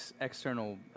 external